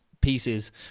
pieces